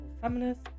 feminist